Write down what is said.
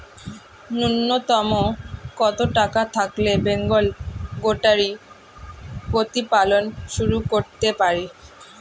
নূন্যতম কত টাকা থাকলে বেঙ্গল গোটারি প্রতিপালন শুরু করতে পারি?